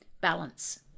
balance